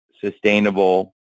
sustainable